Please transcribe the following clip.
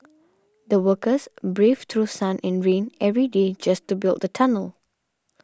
the workers braved through sun and rain every day just to build the tunnel